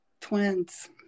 Twins